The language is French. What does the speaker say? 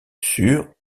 sur